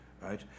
Right